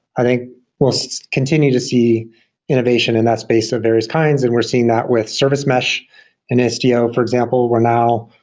i think we'll so continue to see innovation in that space of various kinds and we're seeing that with service mesh and sdo, for example where now,